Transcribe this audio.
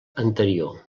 anterior